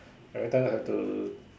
everytime I have to